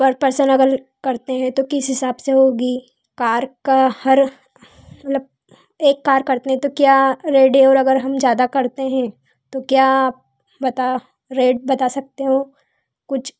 पर पर्सन अगर करते हैं तो किस हिसाब से होगी कार का हर मतलब एक कार करतने में क्या अगर हम ज़्यादा करते हें तो क्या बता बात सकते हो कुछ